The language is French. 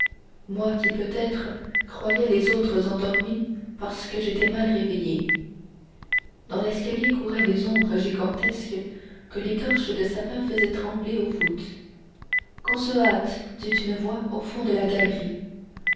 moi qui peut-être croyais les autres endormis parce que j'étais mal réveillée dans l'escalier couraient des ombres gigantesques que les torches de sapin faisaient trembler aux voûtes qu'on se hâte dit une voix au fond de la galerie